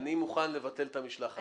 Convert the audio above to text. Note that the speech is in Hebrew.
אני מוכן לבטל את המשלחת אם את רוצה.